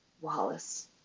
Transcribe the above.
Wallace